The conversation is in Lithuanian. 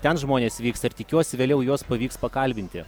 ten žmonės vyksta ir tikiuosi vėliau juos pavyks pakalbinti